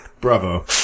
Bravo